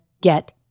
get